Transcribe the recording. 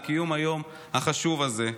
על קיום היום החשוב הזה.